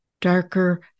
darker